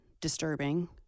disturbing